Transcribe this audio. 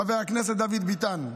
חבר הכנסת דוד ביטן.